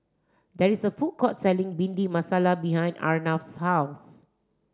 there is a food court selling bindi masala behind Arnav's house